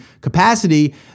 capacity